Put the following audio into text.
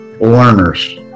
learners